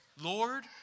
Lord